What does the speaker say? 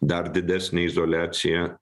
dar didesnė izoliacija